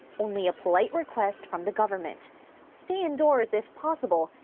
only a polite request from the government stay indoors if possible,